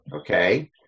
okay